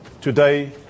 today